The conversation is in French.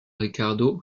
ricardo